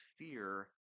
fear